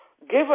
given